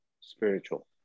spiritual